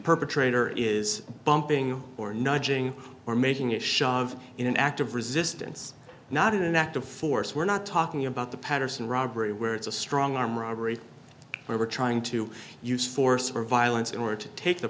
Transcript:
perpetrator is bumping or nudging or making a shove in an act of resistance not an act of force we're not talking about the patterson robbery where it's a strong arm robbery where we're trying to use force or violence in order to take the